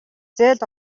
зээл